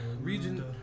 region